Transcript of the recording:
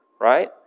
right